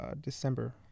December